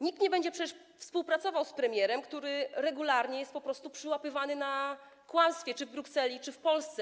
Nikt nie będzie przecież współpracował z premierem, który regularnie jest po prostu przyłapywany na kłamstwie, czy w Brukseli, czy w Polsce.